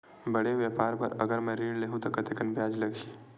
बड़े व्यापार बर अगर मैं ऋण ले हू त कतेकन ब्याज लगही?